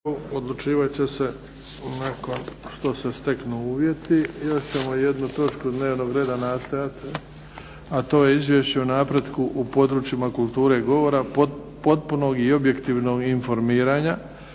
**Bebić, Luka (HDZ)** Još ćemo jednu točku dnevnog reda nastojati. A to je - Izvješće o napretku u područjima kulture govora, potpunog i objektivnog informiranja,